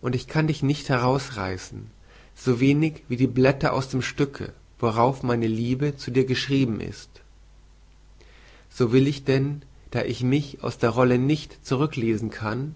und ich kann dich nicht herausreißen so wenig wie die blätter aus dem stücke worauf meine liebe zu dir geschrieben ist so will ich denn da ich mich aus der rolle nicht zurücklesen kann